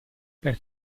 per